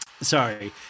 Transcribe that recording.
Sorry